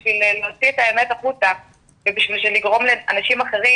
בשביל להוציא את האמת החוצה ובשביל לגרום לאנשים אחרים,